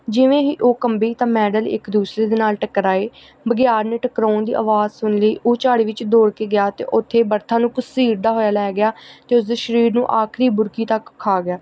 ਜਿਵੇਂ ਹੀ ਉਹ ਕੰਬੀ ਤਾਂ ਮੈਡਲ ਇੱਕ ਦੂਸਰੇ ਦੇ ਨਾਲ ਟਕਰਾਏ ਬਗਿਆੜ ਨੇ ਟਕਰਾਉਣ ਦੀ ਆਵਾਜ਼ ਸੁਣ ਲਈ ਉਹ ਝਾੜੀ ਵਿੱਚ ਦੌੜ ਕੇ ਗਿਆ ਅਤੇ ਉੱਥੇ ਬਰਥਾ ਨੂੰ ਘਸੀੜਦਾ ਹੋਇਆ ਲੈ ਗਿਆ ਅਤੇ ਉਸਦੇ ਸਰੀਰ ਨੂੰ ਆਖਰੀ ਬੁਰਕੀ ਤੱਕ ਖਾ ਗਿਆ